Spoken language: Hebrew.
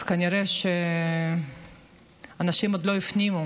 אז כנראה שאנשים עוד לא הפנימו